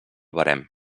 barem